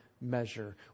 measure